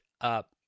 up